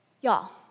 Y'all